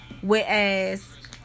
whereas